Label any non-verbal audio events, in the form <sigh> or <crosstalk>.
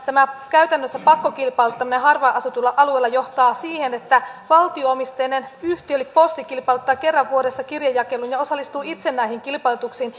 tämä pakkokilpailuttaminen harvaan asutuilla alueilla johtaa siihen että valtio omisteinen yhtiö eli posti kilpailuttaa kerran vuodessa kirjejakelun ja osallistuu itse näihin kilpailutuksiin <unintelligible>